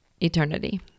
eternity